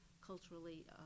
culturally